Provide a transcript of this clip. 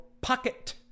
pocket